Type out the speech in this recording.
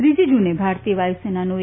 ત્રીજી જુને ભારતીય વાયુસેનાના એ